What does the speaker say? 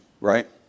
Right